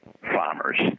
farmers